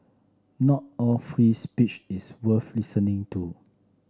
not all free speech is worth listening to